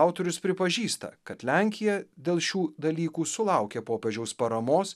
autorius pripažįsta kad lenkija dėl šių dalykų sulaukė popiežiaus paramos